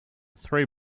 three